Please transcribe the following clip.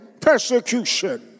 persecution